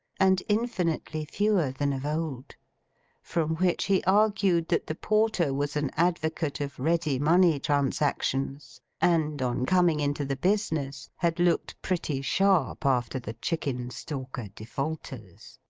and infinitely fewer than of old from which he argued that the porter was an advocate of ready-money transactions, and on coming into the business had looked pretty sharp after the chickenstalker defaulters.